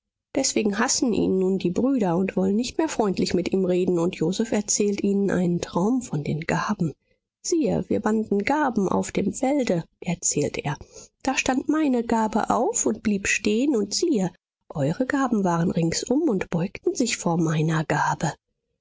deswegen hassen ihn nun die brüder und wollen nicht mehr freundlich mit ihm reden und joseph erzählt ihnen einen traum von den garben siehe wir banden garben auf dem felde erzählt er da stand meine garbe auf und blieb stehen und siehe eure garben waren ringsum und beugten sich vor meiner garbe